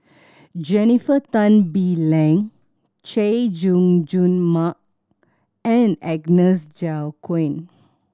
Jennifer Tan Bee Leng Chay Jung Jun Mark and Agnes Joaquim